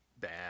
bad